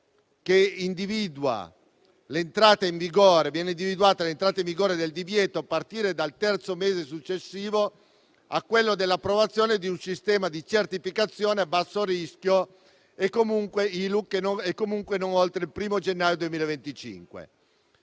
cui viene individuata l’entrata in vigore del divieto a partire dal terzo mese successivo a quello dell’approvazione di un sistema di certificazione a basso rischio, e comunque non oltre il 1° gennaio 2025.